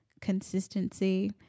consistency